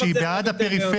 כשהיא בעד הפריפריה,